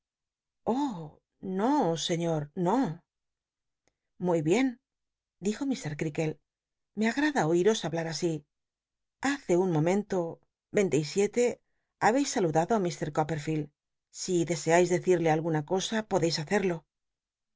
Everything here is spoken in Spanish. no seiio no iiuy bien dijo mr ccaklc me agntd a oíos hahlar así hace un momento veinte y siete habeis saludado á m coppcrlield si descais decirle alguna cosa podeis hacerlo